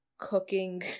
cooking